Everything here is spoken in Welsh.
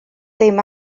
ddim